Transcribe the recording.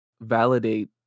validate